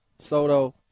Soto